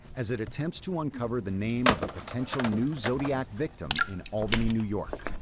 as it attempts to uncover the name of a potential new zodiac victim in albany, new york.